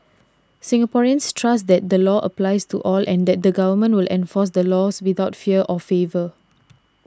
Singaporeans trust that the law applies to all and that the government will enforce the laws without fear or favour